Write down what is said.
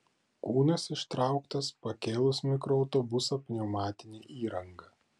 kūnas ištrauktas pakėlus mikroautobusą pneumatine įranga